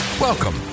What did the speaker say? Welcome